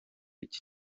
iki